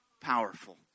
powerful